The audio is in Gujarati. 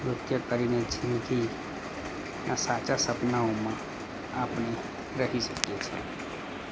નૃત્ય કરીને જિંદગીના સાચા સપનાઓમાં આપણે રહી શકીએ છીએ